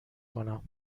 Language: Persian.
کنم